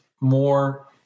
more